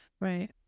Right